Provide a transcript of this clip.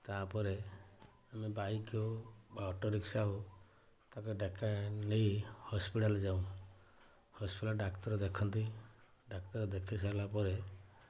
ତା'ପରେ ଆମେ ବାଇକ୍ ହଉ ବା ଅଟୋ ରିକ୍ସା ହଉ ନେଇ ହସ୍ପିଟାଲ୍ ଯାଉ ହସ୍ପିଟାଲ୍ରେ ଡାକ୍ତର ଦେଖନ୍ତି ଡାକ୍ତର ଦେଖିସାରିଲାପରେ